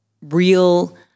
real